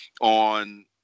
on